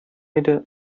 иде